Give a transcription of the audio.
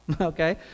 okay